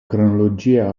cronologia